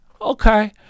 okay